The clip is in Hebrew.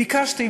ביקשתי,